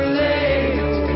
late